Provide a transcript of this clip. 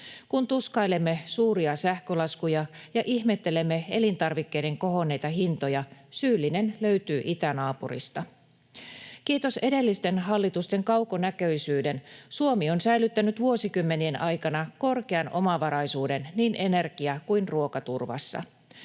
Kun tuskailemme suuria sähkölaskuja ja ihmettelemme elintarvikkeiden kohonneita hintoja, syyllinen löytyy itänaapurista. Kiitos edellisten hallitusten kaukonäköisyyden Suomi on säilyttänyt vuosikymmenien aikana korkean omavaraisuuden niin energia‑ kuin ruokaturvassa.